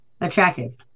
attractive